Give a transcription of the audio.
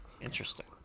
Interesting